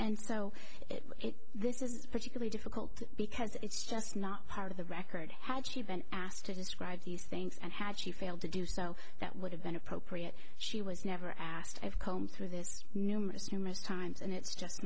so this is particularly difficult because it's just not part of the record had she been asked to describe these things and had she failed to do so that would have been appropriate she was never asked i have combed through this numerous numerous times and it's just